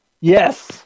Yes